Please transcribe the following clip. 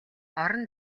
орон